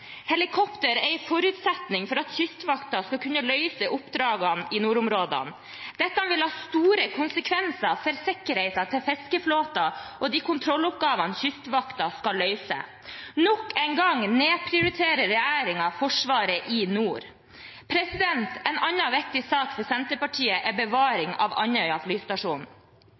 Helikopter er en forutsetning for at Kystvakten skal kunne løse oppdragene i nordområdene. Dette vil ha store konsekvenser for sikkerheten til fiskeflåten og de kontrolloppgavene Kystvakten skal løse. Nok en gang nedprioriterer regjeringen forsvaret i nord. En annen viktig sak for Senterpartiet er bevaring av Andøya